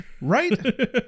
Right